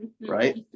right